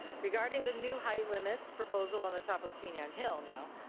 regarding the new height limits proposed on the top of queen ann hill now,